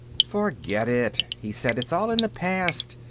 forget it, he said. it's all in the past.